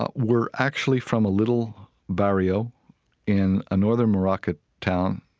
ah were actually from a little barrio in a northern moroccan town,